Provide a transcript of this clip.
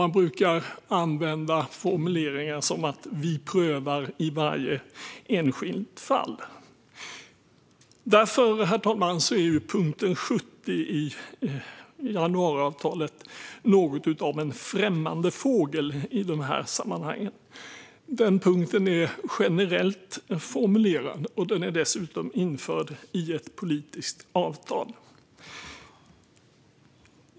Man brukar använda formuleringar som att man prövar varje enskilt fall. Därför är punkt 70 i januariavtalet något av en främmande fågel i dessa sammanhang, herr talman. Punkten är generellt formulerad, och den är dessutom införd i ett politiskt avtal.